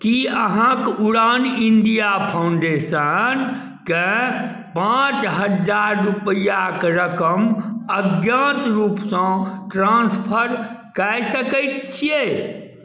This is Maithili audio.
की अहाँ उड़ान इंडिया फाउंडेशन के पाँच हजार रूपैआक रकम अज्ञात रूप सँ ट्रांसफर कऽ सकैत छियै